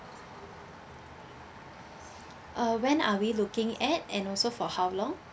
uh when are we looking at and also for how long